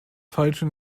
feilschen